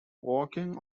walking